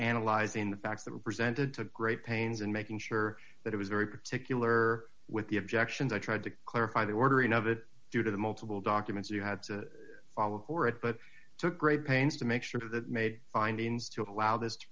analyzing the facts that were presented to great pains and making sure that it was very particular with the objections i tried to clarify the ordering of it due to the multiple document you had to fall for it but took great pains to make sure that made findings to allow this